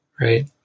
Right